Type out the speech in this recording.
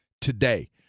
today